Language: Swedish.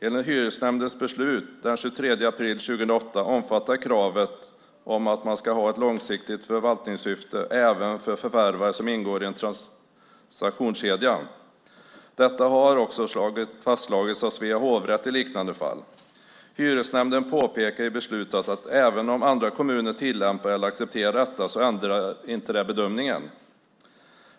Enligt hyresnämndens beslut den 23 april 2008 omfattar kravet på ett långsiktigt förvaltningssyfte även förvärvare som ingår i en transaktionskedja. Detta har också fastslagits av Svea hovrätt i liknande fall. Hyresnämnden påpekar i beslutet att även om andra kommuner tillämpar eller accepterar detta ändrar inte det bedömningen.